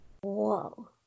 Whoa